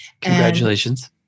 Congratulations